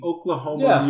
Oklahoma